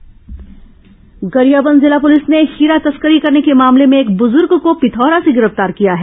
हीरा तस्कर गिरफ्तार गरियाबंद जिला पुलिस ने हीरा तस्करी करने के मामले में एक बुजूर्ग को पिथौरा से गिरफ्तार किया है